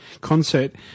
concert